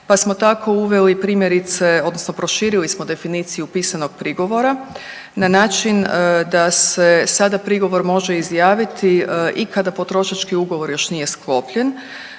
pa smo tako uveli, primjerice, odnosno proširili smo definiciju pisanog prigovora na način da se sada prigovor može izjaviti i kada potrošački ugovor još nije sklopljen,